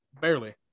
barely